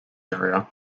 area